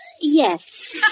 yes